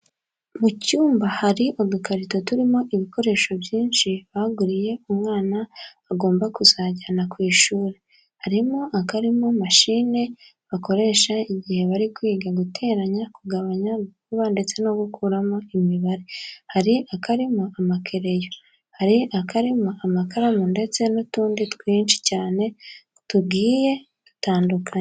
Mu cyumba hari udukarito turimo ibikoresho byinshi baguriye umwana agomba kuzajyana ku ishuri. Hari akarimo mashine bakoresha igihe bari kwiga guteranya, kugabanya, gukuba ndetse no gukuramo imibare, hari akarimo amakereyo, hari akarimo amakaramu ndetse n'utundi twinshi cyane tugiye dutandukanye.